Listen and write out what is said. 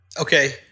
Okay